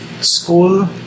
school